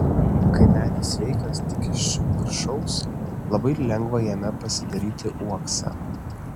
kai medis sveikas tik iš viršaus labai lengva jame pasidaryti uoksą